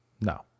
No